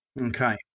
Okay